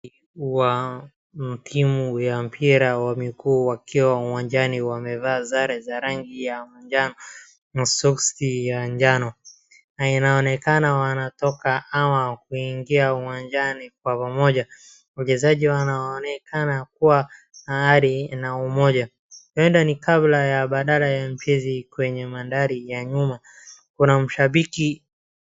Ilikuwa mtimu ya mpira wamekuu wakiwa uwanjani wamevaa sare ya rangi ya majano na soksi ya jano na inaonekana wanataka hawa kuingia uwanjani kwa pamoja ,wachezaji hawa wanaonekana kuwa na hali na umoja, enda ni kabla ya bandara ya mpizi kwenye maandari ya nyuma, kuna mshabiki.